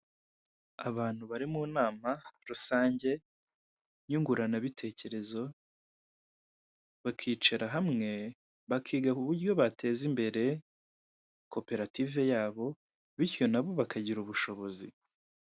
Abantu bari munama rusange nyunguranabitekerezo, bakicara hamwe bakiga kuburyo bateza imbere koperative yabo bityo nabo bakagira ubushobozi.